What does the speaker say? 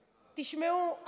תשמעו,